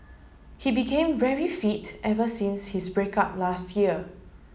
he became very fit ever since his break up last year